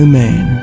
man